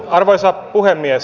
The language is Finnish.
arvoisa puhemies